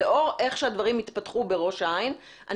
לאור איך שהדברים התפתחו בראש העין,